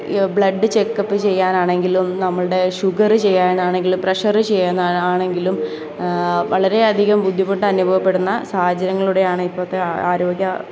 blood checkup ചെയ്യാനാണെങ്കിലും നമ്മളുടെ sugar ചെയ്യാനാണെങ്കിലും പ്രഷറ് ചെയ്യാൻ ആണെങ്കിലും വളരെയധികം ബുദ്ധിമുട്ട് അനുഭവപ്പെടുന്ന സാഹചര്യങ്ങളിലൂടെയാണ് ഇപ്പത്തെ ആരോഗ്യ